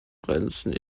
grenze